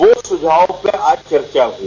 वह सुझाव पर आज चर्चा हुई